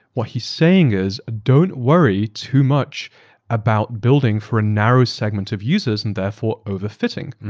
what he's saying is don't worry too much about building for a narrow segment of users and therefore overfitting.